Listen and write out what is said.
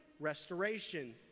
restoration